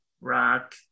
Rock